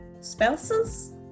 spouses